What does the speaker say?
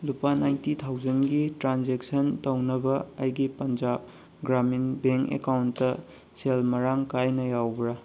ꯂꯨꯄꯥ ꯅꯥꯏꯟꯇꯤ ꯊꯥꯎꯖꯟꯒꯤ ꯇ꯭ꯔꯥꯟꯖꯦꯛꯁꯟ ꯇꯧꯅꯕ ꯑꯩꯒꯤ ꯄꯟꯖꯥꯕ ꯒ꯭ꯔꯥꯃꯤꯟ ꯕꯦꯡ ꯑꯦꯀꯥꯎꯟꯗ ꯁꯦꯜ ꯃꯔꯥꯡ ꯀꯥꯏꯅ ꯌꯥꯎꯕ꯭ꯔ